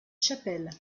chapelle